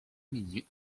minutes